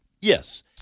Yes